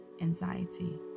anxiety